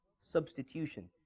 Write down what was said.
substitution